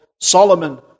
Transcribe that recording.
Solomon